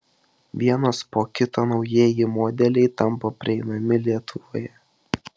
vienas po kito naujieji modeliai tampa prieinami lietuvoje